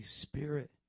Spirit